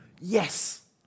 yes